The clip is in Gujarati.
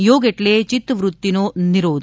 યોગ એટલે ચિત્તવૃત્તિનો નિરોધ